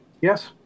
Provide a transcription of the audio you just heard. Yes